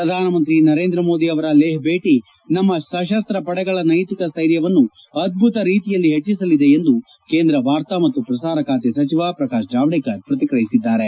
ಪ್ರಧಾನಮಂತ್ರಿ ನರೇಂದ್ರ ಮೋದಿ ಅವರ ಲೇಷ್ ಭೇಟಿ ನಮ್ನ ಸಶಸ್ತ ಪಡೆಗಳ ನೈತಿಕ ಸ್ಟೈರ್ಯವನ್ನು ಅದ್ದುತ ರೀತಿಯಲ್ಲಿ ಹೆಚ್ಚಸಲಿದೆ ಎಂದು ಕೇಂದ್ರ ವಾರ್ತಾ ಮತ್ನು ಪ್ರಸಾರ ಸಚಿವ ಪ್ರಕಾಶ್ ಜಾವಡೇಕರ್ ಪ್ರತಿಕ್ರಿಯಿಸಿದ್ದಾರೆ